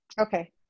okay